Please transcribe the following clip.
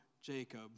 Jacob